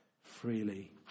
freely